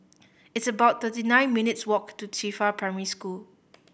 it's about thirty nine minutes' walk to Qifa Primary School